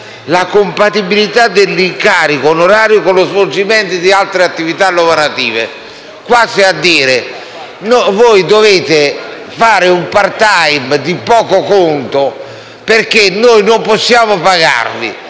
la compatibilità dell'incarico onorario con lo svolgimento di altre attività lavorative». Quasi a dire che essi devono fare un *part-time* di poco conto perché noi non possiamo pagarvi.